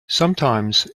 sometimes